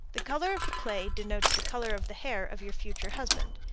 the color of the clay denotes the color of the hair of your future husband.